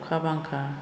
अखा बांखा